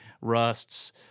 rusts